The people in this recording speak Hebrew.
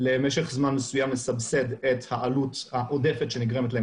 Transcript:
שלמשך זמן מסוים נסבסד את העלות העודפת שנגרמת להם